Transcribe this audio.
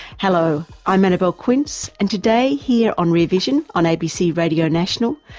hello, i'm annabelle quince and today here on rear vision on abc radio national,